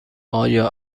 آیا